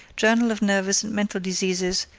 journal of nervous and mental diseases,